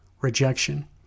rejection